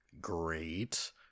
great